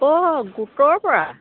অঁ গোটৰ পৰা